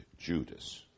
Judas